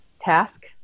task